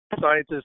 Scientists